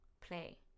Play